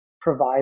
provide